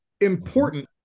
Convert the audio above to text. important